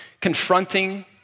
confronting